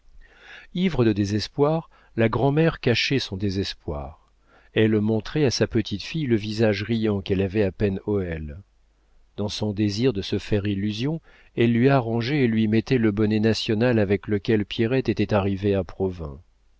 ivre de désespoir la grand'mère cachait son désespoir elle montrait à sa petite-fille le visage riant qu'elle avait à pen hoël dans son désir de se faire illusion elle lui arrangeait et lui mettait le bonnet national avec lequel pierrette était arrivée à